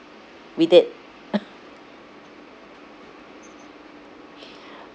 we did